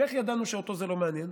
ואיך ידענו שאותו זה לא מעניין?